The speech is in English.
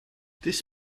this